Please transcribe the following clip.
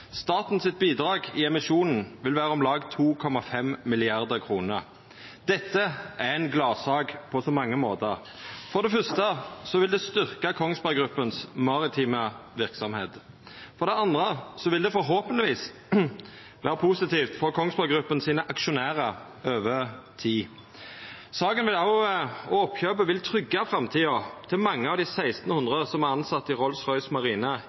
bidrag i emisjonen vil vera på om lag 2,5 mrd. kr. Dette er ei gladsak på mange måtar. For det første vil det styrkja Kongsberg Gruppens maritime verksemd. For det andre vil det forhåpentlegvis vera positivt for Kongsberg Gruppens aksjonærar over tid. Saken og oppkjøpet vil òg tryggja framtida til mange av dei 1 600 som er tilsette i